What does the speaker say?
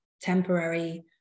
temporary